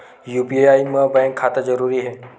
UPI मा bank खाता जरूरी हे?